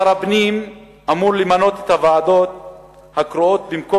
"שר הפנים אמור למנות את הוועדות הקרואות במקום